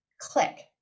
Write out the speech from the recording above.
Click